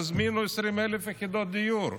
תזמינו 20,000 יחידות דיור,